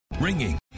Ringing